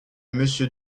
monsieur